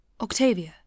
Octavia